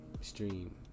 Stream